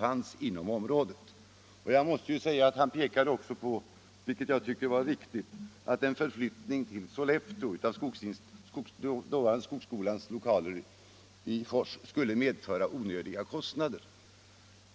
Han pekade också på att —- och det tycker jag var riktigt — en förflyttning av dåvarande skogsskolan i Fors till Sollefteå skulle medföra onödiga kostnader.